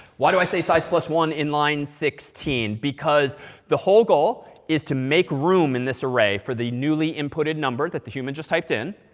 why do i say, size one, in line sixteen? because the whole goal is to make room in this array for the newly inputted number that the human just typed in.